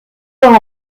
pas